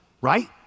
right